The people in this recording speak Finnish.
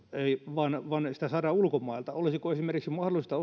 vaan vaan sitä saadaan ulkomailta olisiko mahdollista